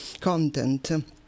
content